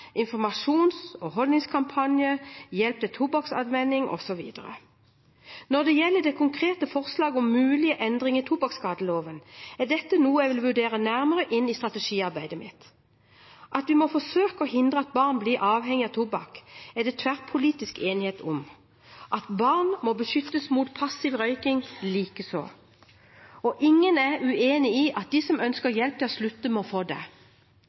informasjons- og holdningskampanjer, hjelp til tobakksavvenning osv. Når det gjelder det konkrete forslaget om mulig endring i tobakksskadeloven, er dette noe jeg vil vurdere nærmere i strategiarbeidet mitt. At vi må forsøke å hindre at barn blir avhengig av tobakk, er det tverrpolitisk enighet om, at barn må beskyttes mot passiv røyking likeså. Ingen er uenig i at de som ønsker hjelp til å slutte, må få det.